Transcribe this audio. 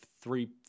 three